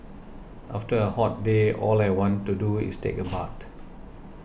after a hot day all I want to do is take a bath